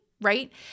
right